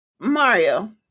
Mario